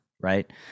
right